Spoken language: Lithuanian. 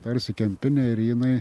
tarsi kempinė ir jinai